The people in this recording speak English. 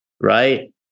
Right